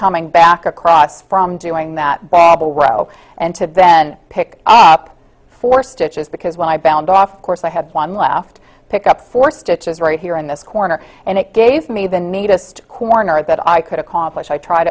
coming back across from doing that babel row and to then pick up four stitches because when i bound off course i had one left pick up four stitches right here in this corner and it gave me the neatest corner that i could accomplish i tried